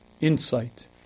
insight